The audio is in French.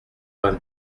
vingt